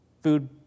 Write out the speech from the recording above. Food